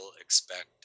expect